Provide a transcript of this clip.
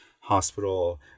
hospital